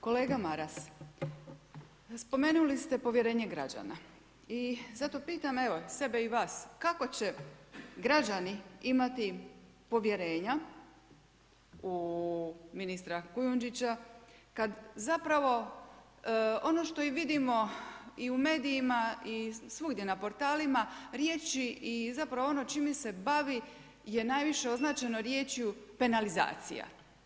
Kolega Maras, spomenuli ste povjerenje građana i zato pitam evo sebe i vas kako će građani imati povjerenja u ministra Kujundžića kad zapravo ono što i vidimo i u medijima i svugdje na portalima riječi i zapravo ono čime se bavi je najviše označeno riječju penalizacija.